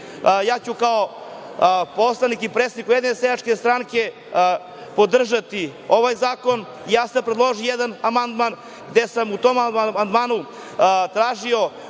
ja ću kao poslanik i predsednik Ujedinjene seljačke stranke podržati ovaj zakon. Predložio sam jedan amandman gde sam u tom amandmanu tražio